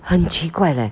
很奇怪 leh